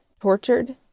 tortured